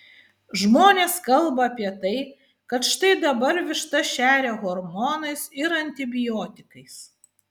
žmonės kalba apie tai kad štai dabar vištas šeria hormonais ir antibiotikais